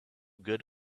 good